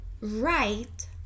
right